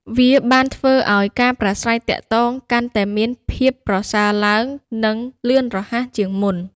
វាបានធ្វើឲ្យការប្រាស្រ័យទាក់ទងកាន់តែមានភាពប្រសើរឡើង និងលឿនរហ័សជាងមុន។